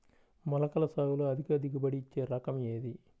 మొలకల సాగులో అధిక దిగుబడి ఇచ్చే రకం ఏది?